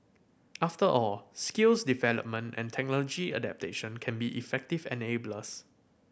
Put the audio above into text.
after all skills development and technology adoption can be effective enablers